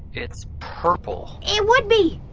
it's purple it would be!